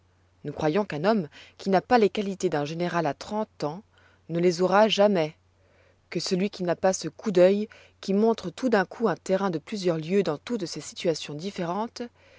nous croyons qu'un homme qui n'a pas les qualités d'un général à trente ans ne les aura jamais que celui qui n'a pas ce coup d'œil qui montre tout d'un coup un terrain de plusieurs lieues dans toutes ses situations différentes